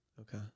Okay